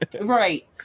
Right